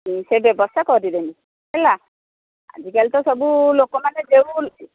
ସେ ବ୍ୟବସ୍ଥା କରିଦେବି ହେଲା ଆଜିକାଲି ତ ସବୁ ଲୋକମାନେ ଯୋଉ